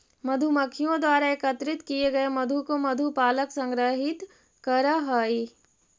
मधुमक्खियों द्वारा एकत्रित किए गए मधु को मधु पालक संग्रहित करअ हई